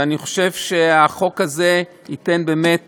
ואני חושב שהחוק הזה ייתן באמת